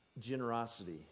generosity